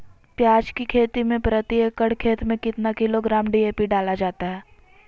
प्याज की खेती में प्रति एकड़ खेत में कितना किलोग्राम डी.ए.पी डाला जाता है?